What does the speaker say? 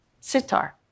sitar